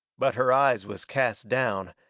but her eyes was cast down,